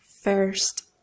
first